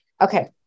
Okay